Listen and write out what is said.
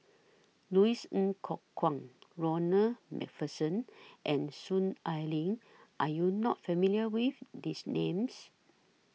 Louis Ng Kok Kwang Ronald MacPherson and Soon Ai Ling Are YOU not familiar with These Names